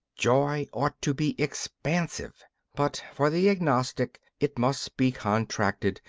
joy ought to be expansive but for the agnostic it must be contracted,